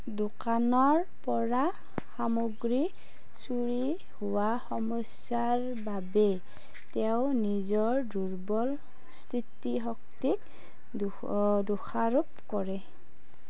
দোকানৰ পৰা সামগ্ৰী চুৰি হোৱা সমস্যাৰ বাবে তেওঁ নিজৰ দুৰ্বল স্থিতিশক্তিক দোষ দোষাৰোপ কৰে